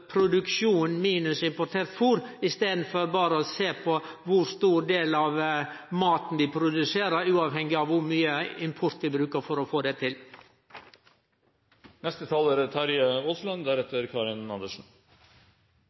produksjon minus importert fôr, i staden for berre sjå på kor stor del av maten vi produserer, uavhengig av kor mykje import vi bruker for å få det til.